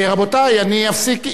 רבותי, אני אפסיק אם,